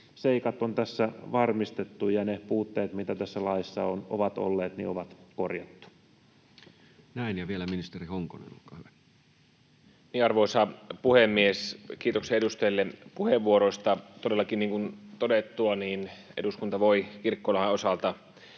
seikat on tässä varmistettu ja ne puutteet, mitä tässä laissa on ollut, on korjattu. Näin. — Vielä ministeri Honkonen, olkaa hyvä. Arvoisa puhemies! Kiitoksia edustajille puheenvuoroista. Todellakin, niin kuin todettua, eduskunta voi kirkkolain osalta